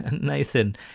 Nathan